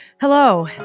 Hello